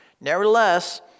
Nevertheless